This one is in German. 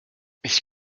ich